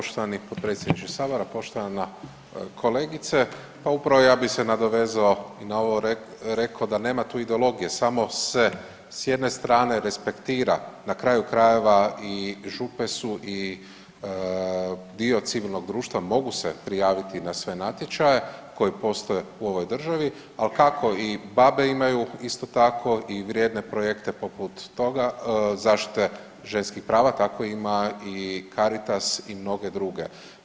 Poštovani potpredsjedniče sabora, poštovana kolegice, pa upravo ja bi se nadovezao i na ovo, rekao da nema tu ideologije samo se s jedne strane respektira, na kraju krajeva i župe su i dio civilnog društva, mogu se prijaviti na sve natječaje koje postoje u ovoj državi ali kako i Babe imaju isto tako i vrijedne projekte poput toga zaštite ženskih prava tako ima i Caritas i mnoge druge.